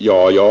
Herr talman!